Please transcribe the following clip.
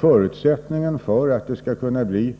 Förutsättningen för att det skall kunna bli